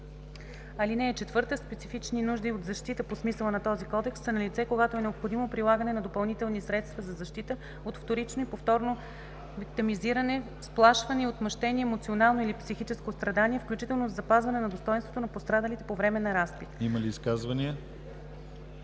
лице. (4) „Специфични нужди от защита“ по смисъла на този кодекс са налице, когато е необходимо прилагане на допълнителни средства за защита от вторично и повторно виктимизиране, сплашване и отмъщение, емоционално или психическо страдание, включително за запазване на достойнството на пострадалите по време на разпит.“ ПРЕДСЕДАТЕЛ